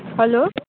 hello